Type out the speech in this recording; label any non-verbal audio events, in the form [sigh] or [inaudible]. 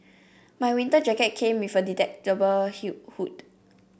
my winter jacket came with a detachable [unintelligible] hood